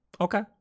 Okay